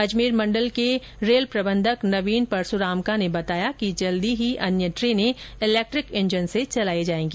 अजमेर मंडल के मंडल रेल प्रबंधक नवीन परसुरामका ने बताया कि जल्द ही अनय ट्रेनें इलेक्ट्रिक इंजन से चलाई जाएगी